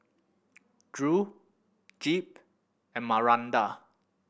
Drew Jep and Maranda